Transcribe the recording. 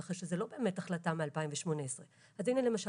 כך שזו לא באמת החלטה משנת 2018. אז למשל